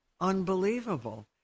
unbelievable